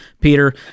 Peter